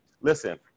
Listen